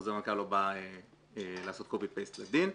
חוזר מנכ"ל לא בא לעשות "קופי פייסט" לדין.